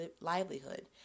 livelihood